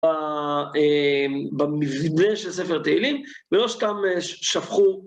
במבנה של ספר תהילים, ולא סתם שפכו.